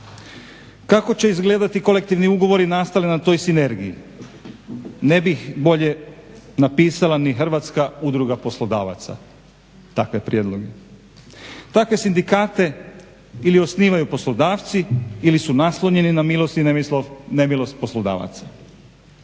Kako će izgledati kolektivni ugovori nastali na toj sinergiji? Ne bih bolje napisala ni Hrvatska udruga poslodavaca takve prijedloge. Takve sindikate ili osnivaju poslodavci ili su naslonjeni na milost i nemilost poslodavaca.